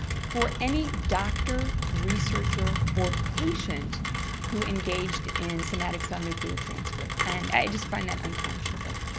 for any doctor, researcher or patient who engaged in somatic cell nuclear transfer and i just find that unconscionable.